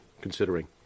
considering